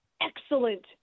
excellent